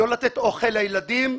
לא לתת אוכל לילדים?